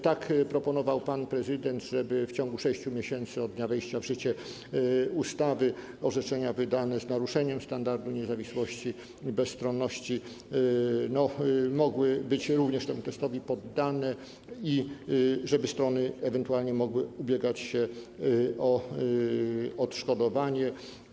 Tak proponował pan prezydent, żeby w ciągu 6 miesięcy od dnia wejścia w życie ustawy orzeczenia wydane z naruszeniem standardu niezawisłości i bezstronności mogły być również poddane temu testowi i żeby strony ewentualnie mogły ubiegać się o odszkodowanie.